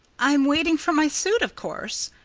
i'm waiting for my suit, of course,